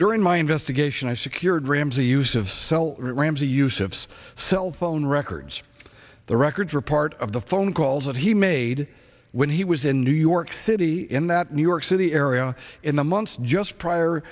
during my investigation i secured ramsey use of cell ramsey use of cell phone records the records were part of the phone calls that he made when he was in new york city in that new york city area in the months just prior